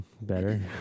better